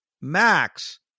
Max